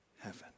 heaven